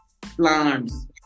Plants